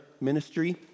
ministry